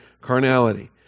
carnality